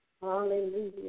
Hallelujah